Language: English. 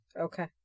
Okay